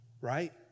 right